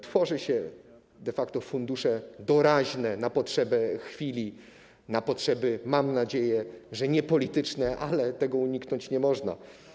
Tworzy się de facto fundusze doraźne, na potrzebę chwili, na potrzeby, mam nadzieję, że nie polityczne, ale tego uniknąć nie można.